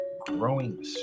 growing